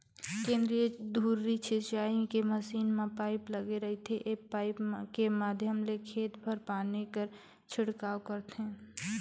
केंद्रीय धुरी सिंचई के मसीन म पाइप लगे रहिथे ए पाइप के माध्यम ले खेत भर पानी कर छिड़काव करथे